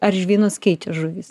ar žvynus keičia žuvys